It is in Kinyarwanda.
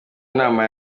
nama